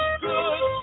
good